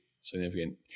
significant